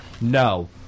No